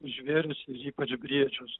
žvėris ir ypač briedžius